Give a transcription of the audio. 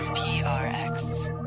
i, ah